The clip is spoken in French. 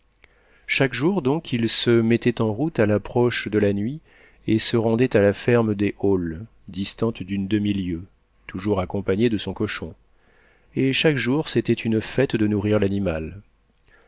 chaque jour donc il se mettait en route à l'approche de la nuit et se rendait à la ferme des haules distante d'une demi-lieue toujours accompagné de son cochon et chaque jour c'était une fête de nourrir l'animal